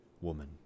Woman